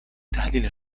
تحلیل